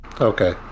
Okay